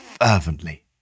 fervently